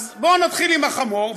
אז בואו נתחיל עם החמור,